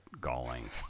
galling